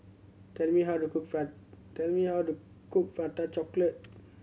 tell me how to cook tell me how to cook Prata Chocolate